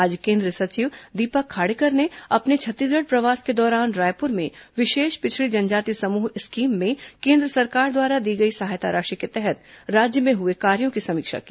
आज केंद्रीय सचिव दीपक खाड़ेकर ने अपने छत्तीसगढ़ प्रवास के दौरान रायपुर में विशेष पिछड़ी जनजाति समूह स्कीम में केन्द्र सरकार द्वारा दी गई सहायता राशि के तहत राज्य में हुए कार्यो की समीक्षा की